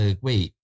wait